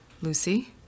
Lucy